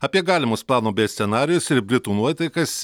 apie galimus plano b scenarijus ir britų nuotaikas